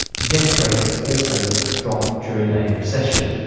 death rates also drop during a recession.